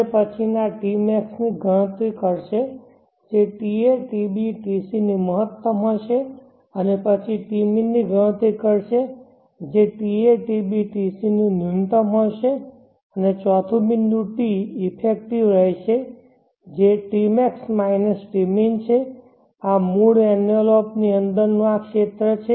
હવે પછીની tmax ની ગણતરી કરશે જે ta tb tc ની મહત્તમ હશે અને પછી tmin ની ગણતરી કરશે જે ta tb tc નું ન્યુનતમ હશે અને ચોથું બિંદુ t ઇફેક્ટિવ રહેશે જે tmax tmin છે આ મૂળ એન્વેલોપની અંદરનો આ ક્ષેત્ર છે